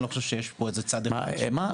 אני לא חושב שיש פה איזה צד --- מה?